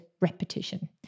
repetition